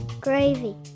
Gravy